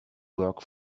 work